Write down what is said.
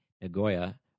Nagoya